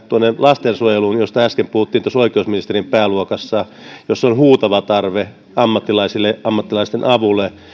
lastensuojeluun josta äsken puhuttiin oikeusministeriön pääluokassa jossa on huutava tarve ammattilaisille ammattilaisten avulle